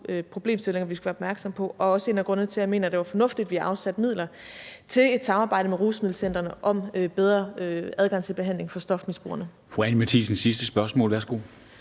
problemstillinger, vi skal være opmærksomme på, og det er også en af grundene til, at jeg mener, det var fornuftigt, at vi afsatte midler til et samarbejde med rusmiddelcentrene om bedre adgang til behandling for stofmisbrugerne. Kl. 14:26 Formanden (Henrik Dam